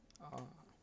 ah